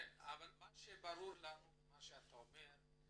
כן, אבל מה שברור לנו ממה שאתה אומר,